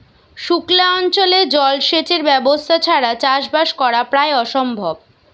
সুক্লা অঞ্চলে জল সেচের ব্যবস্থা ছাড়া চাষবাস করা প্রায় অসম্ভব